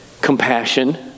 compassion